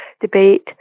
debate